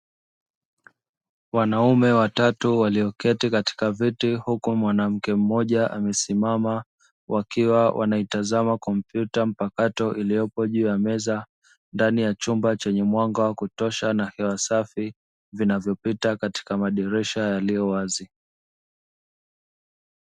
Wanaume watatu walioketi katika viti huku mwanamke mmoja amesimama, wakiwa wanaitazama kompyuta mpakato iliyopo juu ya meza ndani ya chumba chenye mwanga wa kutosha na hewa safi vinavyopita katika madirisha yaliyo wazi.